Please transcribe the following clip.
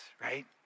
right